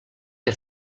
que